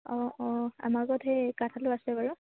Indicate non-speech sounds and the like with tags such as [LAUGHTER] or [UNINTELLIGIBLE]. অঁ অঁ আমাৰ ঘৰত সেই [UNINTELLIGIBLE] আছে বাৰু